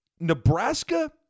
Nebraska